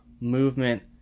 movement